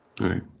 Right